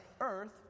earth